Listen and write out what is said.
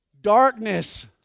Darkness